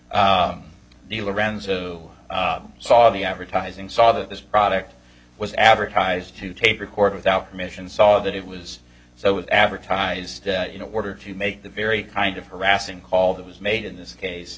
lorenzo saw the advertising saw that this product was advertised to tape record without permission saw that it was so it advertised in order to make the very kind of harassing call that was made in this case